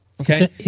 Okay